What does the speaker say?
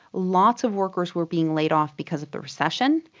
lots of workers were being laid off because of the recession,